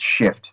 shift